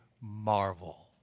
marvel